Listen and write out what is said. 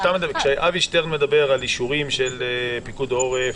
כשאבי שטרן מדבר על אישורים של פיקוד העורף,